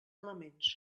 elements